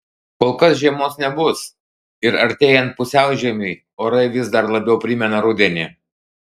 kol kas žiemos nebus ir artėjant pusiaužiemiui orai vis dar labiau primena rudenį